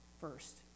first